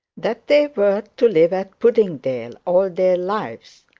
that they were to live at puddingdale all their lives.